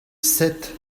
sept